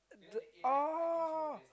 the oh